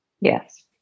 Yes